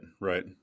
Right